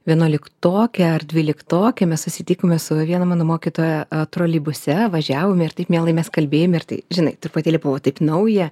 vienuoliktokė ar dvyliktokė mes susitikome su viena mano mokytoja a troleibuse važiavome ir taip mielai mes kalbėjome ir tai žinai truputėlį buvo taip nauja